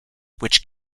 which